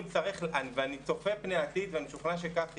אני צופה פני עתיד ומשוכנע שכך יהיה,